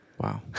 Wow